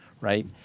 right